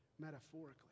metaphorically